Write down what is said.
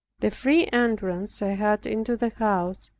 the free entrance i had into the house,